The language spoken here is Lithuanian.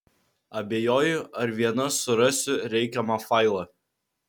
abejoju ar viena surasiu reikiamą failą